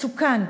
מסוכן,